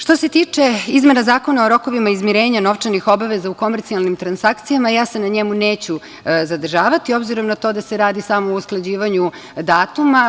Što se tiče izmena Zakona o rokovima izmirenja novčanih obaveza u komercijalnim transakcijama, ja se na njemu neću zadržavati, obzirom na to da se radi samo o usklađivanju datuma.